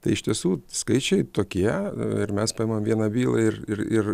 tai iš tiesų skaičiai tokie ir mes paimam vieną bylą ir ir ir